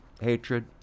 hatred